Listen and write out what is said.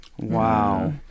Wow